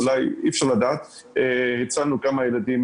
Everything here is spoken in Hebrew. אי אפשר לדעת אבל אולי הצלנו כמה ילדים